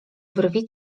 brwi